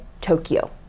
Tokyo